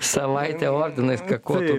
savaitę ordinais kakotų